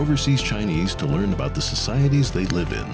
overseas chinese to learn about the societies they live in